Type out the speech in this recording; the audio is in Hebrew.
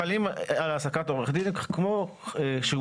חלים על העסקת עורך דין כללים כמו שהוא